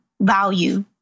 value